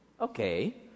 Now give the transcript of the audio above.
Okay